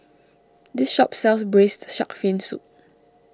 this shop sells Braised Shark Fin Soup